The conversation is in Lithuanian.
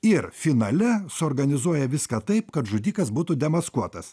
ir finale suorganizuoja viską taip kad žudikas būtų demaskuotas